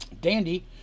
Dandy